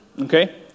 Okay